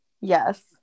Yes